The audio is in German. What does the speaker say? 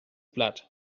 platt